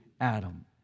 Adam